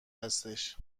هستش